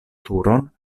turon